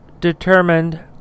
determined